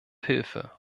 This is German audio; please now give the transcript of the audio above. hilfe